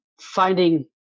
finding